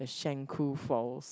Shenkuu falls